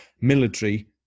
military